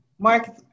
Mark